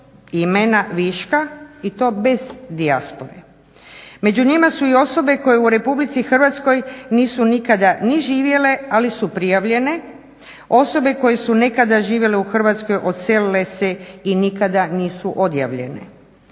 imena viške i to bez dijaspore. Među njima su i osobe koje u Republici Hrvatskoj nisu nikada ni živjele ali su prijavljene, osobe koje su nekada živjele u Hrvatskoj, odselile se i nikada nisu odjavljene.